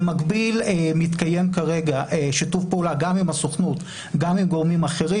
במקביל מתקיים כרגע שיתוף פעולה גם עם הסוכנות וגם עם גורמים אחרים,